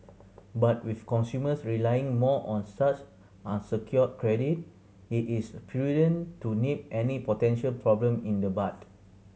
but with consumers relying more on such unsecured credit it is prudent to nip any potential problem in the bud